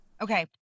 Okay